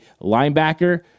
linebacker